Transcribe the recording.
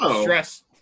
stress